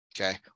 Okay